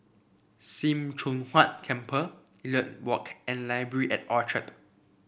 Sim Choon Huat Temple Elliot Walk and Library at Orchard